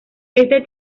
este